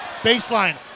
baseline